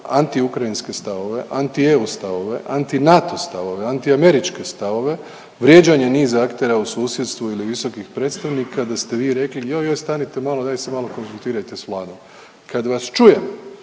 anti ukrajinske stavove, anti EU stavove, anti NATO stavove, anti američke stavove, vrijeđanje niz aktera u susjedstvu ili visokih predstavnika da ste vi rekli joj, joj stanite malo, daj se malo konzultirajte s Vladom. Kad vas čujem